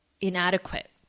inadequate